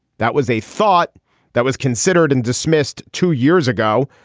that was a thought that was considered and dismissed two years ago.